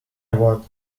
award